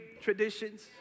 traditions